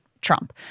Trump